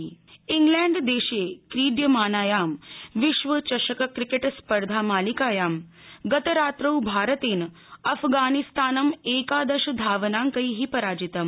cricket इंग्लैण्डदेशे क्रीड्यमानायां विश्व चषक क्रिकेट स्पर्धा मालिकायां गतरात्रौ भारतेन अफगानिस्तानं एकादश धावनाड़कैः पराजितम